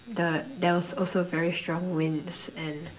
the there was also very strong winds and